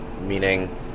meaning